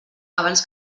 abans